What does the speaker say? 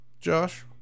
Josh